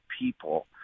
people